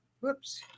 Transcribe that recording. Whoops